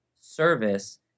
service